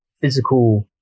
physical